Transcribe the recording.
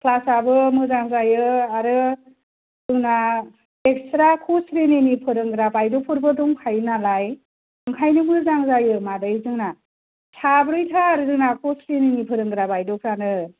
class आबो मोजां जायो आरो जोंना एक्सट्रा ख' स्रेनिनि फोरोंग्रा बायद'फोरबो दंखायो नालाय ओंखायनो मोजां जायो मादै जोंना साब्रै थार जोंना ख' स्रेनिनि फोरोंग्रा बायद'फोरानो